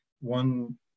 One